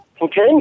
Okay